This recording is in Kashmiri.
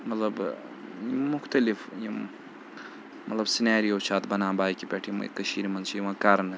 مطلب مُختلِف یِم مطلب سنیریو چھِ اَتھ بَنان بایکہِ پٮ۪ٹھ یِمَے کٔشیٖر مَنٛز چھِ یِوان کَرنہٕ